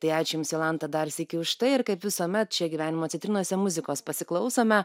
tai ačiū jums jolanta dar sykį už tai ir kaip visuomet šie gyvenimo citrinose muzikos pasiklausome